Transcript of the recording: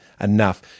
enough